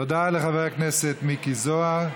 תודה לחבר הכנסת מיקי זוהר.